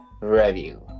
Review